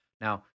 Now